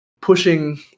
pushing